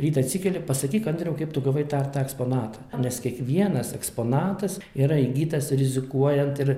rytą atsikeli pasakyk andriau kaip tu gavai tą tą eksponatą nes kiekvienas eksponatas yra įgytas rizikuojant ir